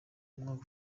umwaka